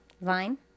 vine